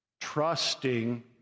trusting